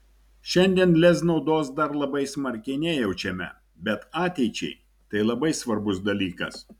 šiandien lez naudos dar labai smarkiai nejaučiame bet ateičiai tai labai svarbus dalykas